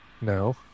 No